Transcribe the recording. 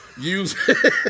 Use